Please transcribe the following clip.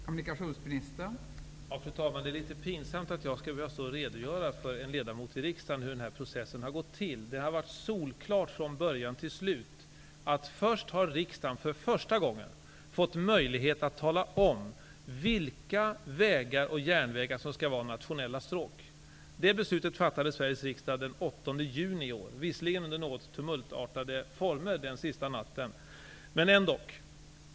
Fru talman! Det är litet pinsamt att jag skall behöva redogöra för en ledamot i riksdagen hur den här processen har gått till. Det har varit solklart från början till slut att riksdagen först får möjlighet att tala om vilka vägar och järnvägar som skall vara nationella stråk. Det beslutet fattades den 8 juni i riksdagen, visserligen under något tumultartade former den sista natten, men ändå.